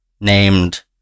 named